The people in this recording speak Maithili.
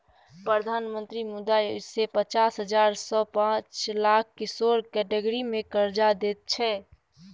प्रधानमंत्री मुद्रा योजना मे पचास हजार सँ पाँच लाख किशोर कैटेगरी मे करजा दैत छै